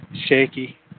Shaky